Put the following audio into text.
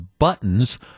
Buttons